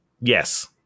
yes